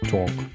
Talk